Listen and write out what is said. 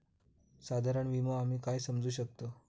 साधारण विमो आम्ही काय समजू शकतव?